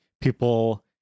people